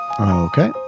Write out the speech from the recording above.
Okay